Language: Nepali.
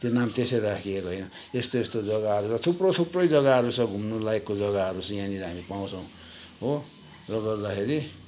त्यो नाम त्यसै राखिएको होइन यस्तो यस्तो जग्गाहरू छ थुप्रो थुप्रै जग्गाहरू छ घुम्नुलायकको जग्गाहरू छ यहाँनिर हामी पाउँछौँ हो र गर्दाखेरि